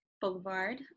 Boulevard